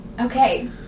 Okay